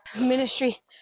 ministry